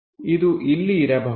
ಇದು ಇಲ್ಲಿ ಇರಬಹುದು